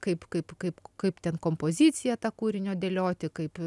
kaip kaip kaip kaip ten kompoziciją tą kūrinio dėlioti kaip